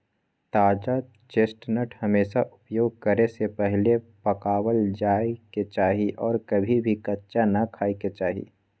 ताजा चेस्टनट हमेशा उपयोग करे से पहले पकावल जाये के चाहि और कभी भी कच्चा ना खाय के चाहि